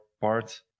parts